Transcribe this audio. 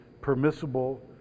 permissible